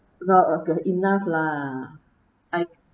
enough lah